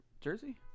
Jersey